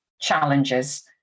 challenges